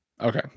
Okay